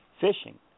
fishing